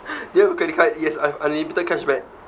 do you have a credit card yes I've unlimited cash back